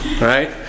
right